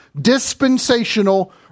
dispensational